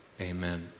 Amen